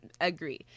agree